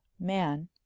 man